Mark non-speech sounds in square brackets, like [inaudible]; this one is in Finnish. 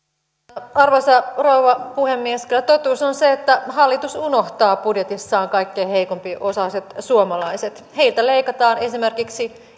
arvoisa rouva puhemies kyllä totuus on se että hallitus unohtaa budjetissaan kaikkein heikko osaisimmat suomalaiset heiltä leikataan esimerkiksi [unintelligible]